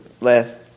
last